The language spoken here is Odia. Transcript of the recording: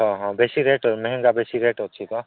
ହଁ ହଁ ବେଶି ରେଟ୍ ମେହଙ୍ଗା ବେଶି ରେଟ ଅଛି ତ